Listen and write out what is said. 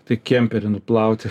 tai kemperį nuplauti